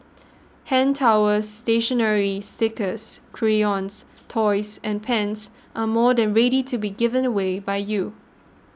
hand towels stationery stickers crayons toys and pens are more than ready to be given away by you